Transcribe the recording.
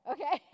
Okay